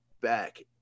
back